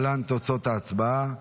להלן תוצאות ההצבעה.